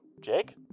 Jake